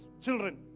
children